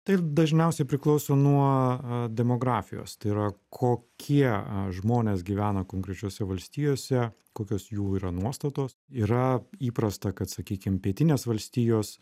tai dažniausiai priklauso nuo demografijos tai yra kokie žmonės gyvena konkrečiose valstijose kokios jų yra nuostatos yra įprasta kad sakykim pietinės valstijos